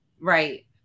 right